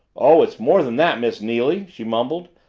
oh, it's more than that, miss neily, she mumbled.